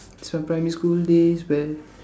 it's my primary school days where